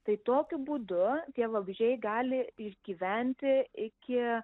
tai tokiu būdu tie vabzdžiai gali išgyventi iki